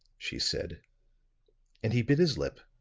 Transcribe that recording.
she said and he bit his lip,